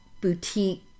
boutique